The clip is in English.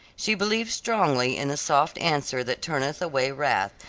she believed strongly in the soft answer that turneth away wrath,